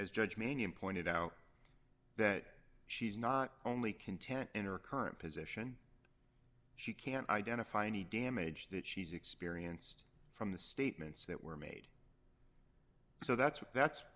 as judge mannion pointed out that she's not only content in her current position she can identify any damage that she's experienced from the statements that were made so that's what